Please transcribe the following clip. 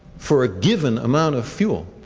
for a given amount of fuel,